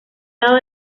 lado